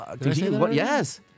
Yes